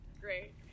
Great